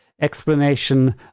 explanation